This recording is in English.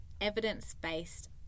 evidence-based